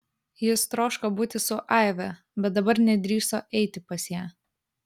jis troško būti su aive bet dabar nedrįso eiti pas ją